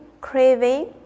craving